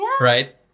right